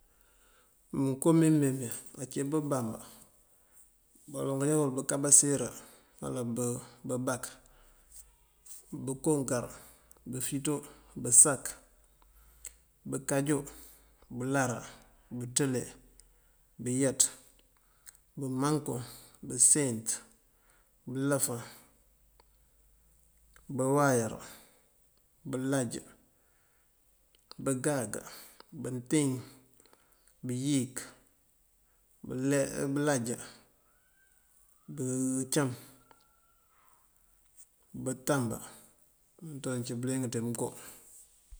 Mënko mimeemí ací bëbamb baloŋ kajábul bëkabaserá wala bëbak, bëkoonkar, bëfito, bësak, bëkajú, bëláara, bëţëli, bëyat, bëmankuŋ, bëseent, bëlofan, bëwáayar, bëlaj, bëŋáaŋ, bëntíin, bëyíin, bëlaj, bëcám, bëtamb mëënţamaŋ ací bëlíing dí mënko.